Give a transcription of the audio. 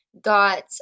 got